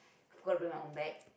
forgot to bring my own bag